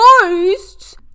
GHOSTS